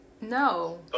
No